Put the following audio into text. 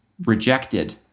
rejected